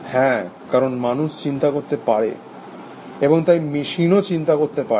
হ্যাঁ কারণ মানুষ চিন্তা করতে পারে এবং তাই মেশিনও চিন্তা করতে পারবে